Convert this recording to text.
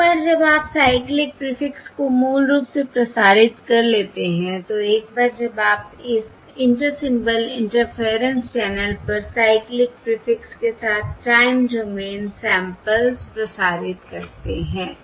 एक बार जब आप साइक्लिक प्रीफिक्स को मूल रूप से प्रसारित कर लेते हैं तो एक बार जब आप इस इंटर सिंबल इंटरफेरेंस चैनल पर साइक्लिक प्रीफिक्स के साथ टाइम डोमेन सैंपल्स प्रसारित करते हैं